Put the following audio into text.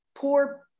poor